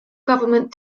government